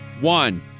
One